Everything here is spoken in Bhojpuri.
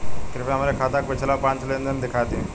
कृपया हमरे खाता क पिछला पांच लेन देन दिखा दी